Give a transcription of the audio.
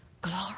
glory